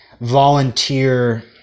volunteer